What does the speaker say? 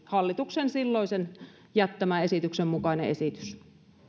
hallituksen silloisen esityksen mukainen esitys